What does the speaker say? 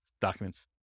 documents